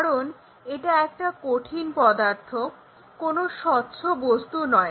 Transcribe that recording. কারণ এটা একটা কঠিন পদার্থ কোনো স্বচ্ছ বস্তু নয়